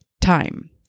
time